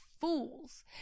fools